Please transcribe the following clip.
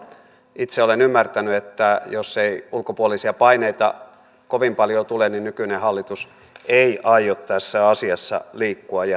itse olen ymmärtänyt että jos ei ulkopuolisia paineita kovin paljon tule niin nykyinen hallitus ei aio tässä asiassa liikkua ja hyvä niin